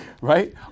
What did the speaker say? right